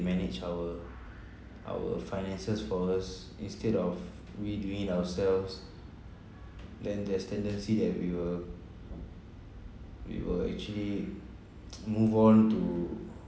manage our our finances for us instead of we doing it ourselves then there's tendency that we will we will actually move on to